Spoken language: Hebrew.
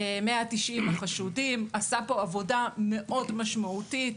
190 החשודים, עשה פה עבודה מאוד משמעותית,